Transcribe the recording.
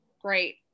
great